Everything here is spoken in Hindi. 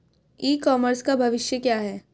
ई कॉमर्स का भविष्य क्या है?